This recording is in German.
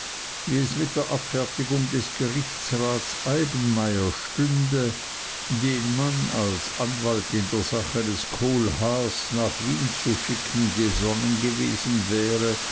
wie es mit der abfertigung des gerichtsrats eibenmayer stünde den man als anwalt in der sache des kohlhaas nach wien zu schicken gesonnen gewesen wäre